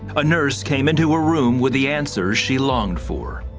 a nurse came into her room with the answers she longed for.